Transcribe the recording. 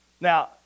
Now